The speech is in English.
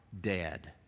dead